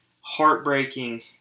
heartbreaking